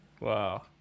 Wow